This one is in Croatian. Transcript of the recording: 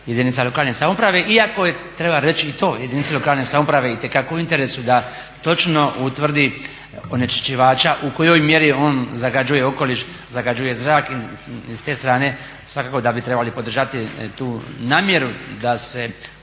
jedinicama lokalne samouprave. Iako treba reći i to jedinici lokalne samouprave itekako je u interesu da točno utvrdi onečišćivača u kojoj mjeri on zagađuje okoliš, zagađuje zrak. S te strane svakako da bi trebali podržati tu namjeru da se